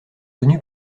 connu